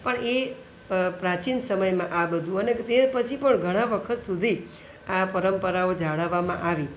પણ એ પ્રાચીન સમયમાં આ બધું અને તે પછી પણ ઘણા વખત સુધી આ પરંપરાઓ જાળવવામાં આવી